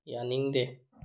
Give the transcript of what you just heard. ꯌꯥꯅꯤꯡꯗꯦ